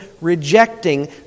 rejecting